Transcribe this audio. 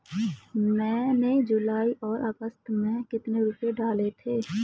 मैंने जुलाई और अगस्त में कितने रुपये डाले थे?